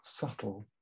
Subtle